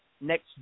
Next